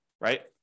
right